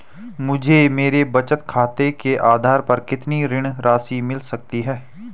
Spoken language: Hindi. मुझे मेरे बचत खाते के आधार पर कितनी ऋण राशि मिल सकती है?